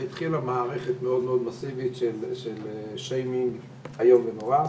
עליי והתחילה מערכת מסיבית מאוד של שיימינג איום ונורא,